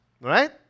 Right